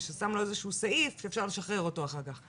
וששם לו איזשהו סעיף שאפשר לשחרר אותו אחר כך.